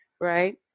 right